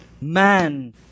Man